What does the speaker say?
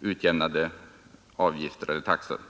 utjämnande avgifter eller taxor.